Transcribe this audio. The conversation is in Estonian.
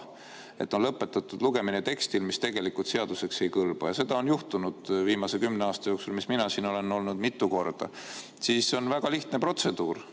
lõpetatud, sest tekst tegelikult seaduseks ei kõlba. Seda on juhtunud viimase kümne aasta jooksul, mis mina siin olen olnud, mitu korda. Siis on väga lihtne protseduur.